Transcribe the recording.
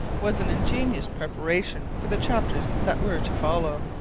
was an ingenious preparation for the chapters that were to follow,